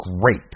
great